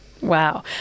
Wow